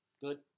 Good